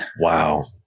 Wow